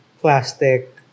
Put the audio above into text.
plastic